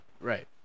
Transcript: Right